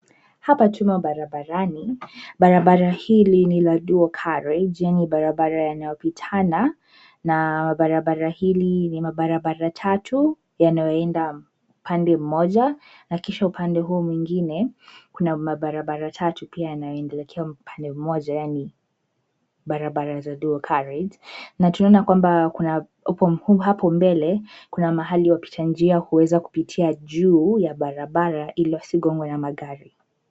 Hapa tumo barabarani. Barabara hii ni ya dual carriage yenye barabara yanayopitana na barabara hili ni mabarabara tatu yanayoenda pande moja na kisha upande huu mwingine kuna mabarabara tatu pia yanaelekea upande moja yani barabara za dual carriage na tunaona kwamba kuna hapo mbele kuna mahali wapita njia huwezi kupitia juu ya barabara ili wasigongwe na magari.